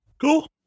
Cool